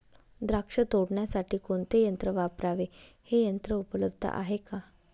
द्राक्ष तोडण्यासाठी कोणते यंत्र वापरावे? हे यंत्र उपलब्ध आहे का?